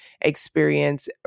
experience